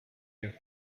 you